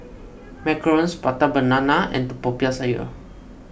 Macarons Prata Banana and Popiah Sayur